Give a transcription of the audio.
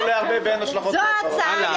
זו ההצעה.